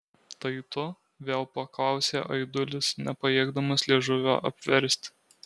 tai tu vėl paklausė aidulis nepajėgdamas liežuvio apversti